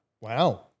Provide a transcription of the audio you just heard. Wow